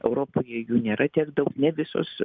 europoje jų nėra tiek daug ne visos